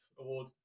award